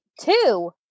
Two